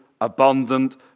abundant